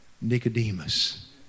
Nicodemus